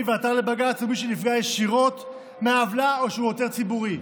ועתר לבג"ץ הוא מי שנפגע ישירות מהעוולה או שהוא עותר ציבורי.